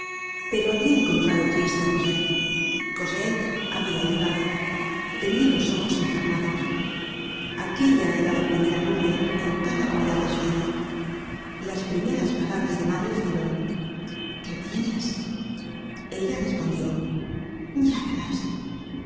pero habia encontrado triste á cosette cosette habia llorado tenia los ojos encarnados aquella era la primera nube en tan admirable sueño las primeras palabras de mario fueron qué tienes ella respondió ya verás